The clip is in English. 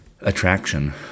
attraction